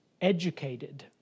educated